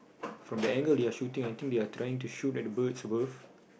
from the angle they are shooting I think they are trying to shoot at the birds above